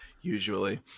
usually